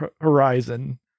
horizon